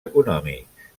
econòmics